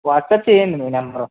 WhatsApp చేయండి మీ number